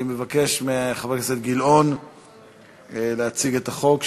אני מבקש מחבר הכנסת גילאון להציג את החוק.